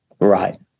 Right